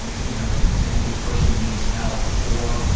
and you know, maybe this person needs help or,